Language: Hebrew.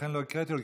לכן לא הקראתי אותו,